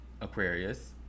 Aquarius